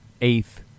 eighth